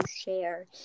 share